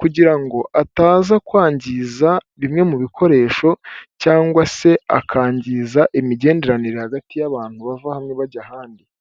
kugira ngo ataza kwangiza bimwe mu bikoresho cyangwa se akangiza imigenderanire hagati y'abantu bava hamwe bajya ahandi.